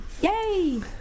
Yay